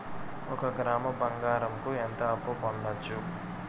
ఒక గ్రాము బంగారంకు ఎంత అప్పు పొందొచ్చు